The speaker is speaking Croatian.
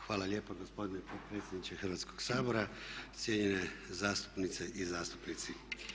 Hvala lijepa gospodine potpredsjedniče Hrvatskog sabora, cijenjene zastupnice i zastupnici.